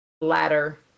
ladder